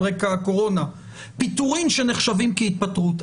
רקע הקורונה - פיטורים שנחשבים כהתפטרות.